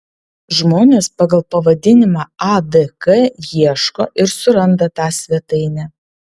žmonės pagal pavadinimą adk ieško ir suranda tą svetainę